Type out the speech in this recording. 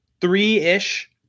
three-ish